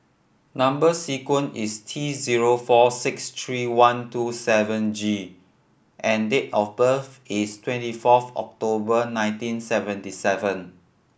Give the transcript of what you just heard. number sequence is T zero four six three one two seven G and date of birth is twenty fourth October nineteen seventy seven